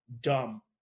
dumb